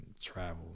travel